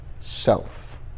self